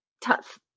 Tough